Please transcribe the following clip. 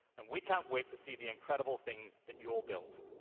and we can't wait to see the incredible things that you will build.